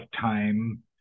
time